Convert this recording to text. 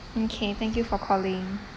okay thank you for calling